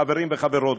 חברים וחברות,